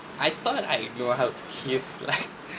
I thought I would know how to kiss like